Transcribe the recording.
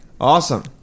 Awesome